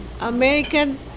American